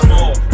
More